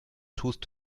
tust